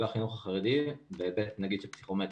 החינוך החרדי בהיבט של פסיכומטרי.